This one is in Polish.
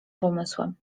pomysłem